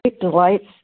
delights